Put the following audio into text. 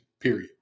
period